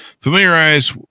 familiarize